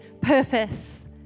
purpose